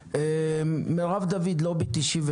מרב דוד מלובי 99,